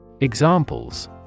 Examples